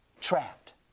Trapped